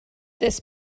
this